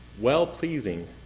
well-pleasing